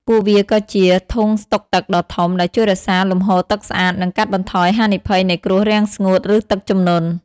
ពួកវាក៏ជា "ធុងស្តុកទឹក" ដ៏ធំ ដែលជួយរក្សាលំហូរទឹកស្អាត និងកាត់បន្ថយហានិភ័យនៃគ្រោះរាំងស្ងួត ឬទឹកជំនន់។